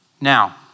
Now